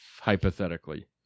hypothetically